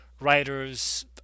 writer's